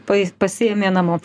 pai pasiėmė namo